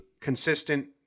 consistent